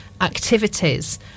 activities